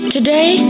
Today